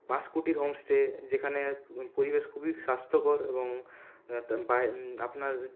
বাঁশকুটির homestay যেখানে পরিবেশ খুবই স্বাস্থ্যকর এবং তা আপনার